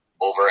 over